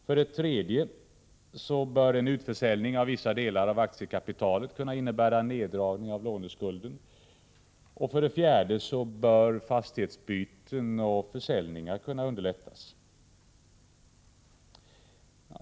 För det tredje bör en utförsäljning av vissa delar av aktiekapitalet kunna innebära en neddragning av låneskulden. För det fjärde bör fastighetsbyten och försäljningar kunna underlättas.